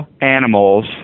animals